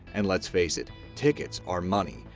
and let's face it, tickets are money.